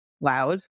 loud